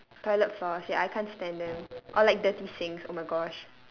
toilet floors ya I can't stand them or like dirty sinks oh my gosh